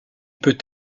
peut